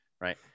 right